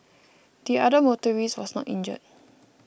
the other motorist was not injured